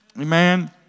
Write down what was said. Amen